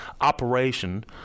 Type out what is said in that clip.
operation